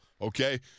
okay